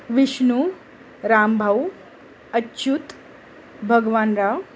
Vishnu Rambhau Achyut Bhagwanrao